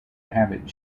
habit